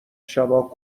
شبا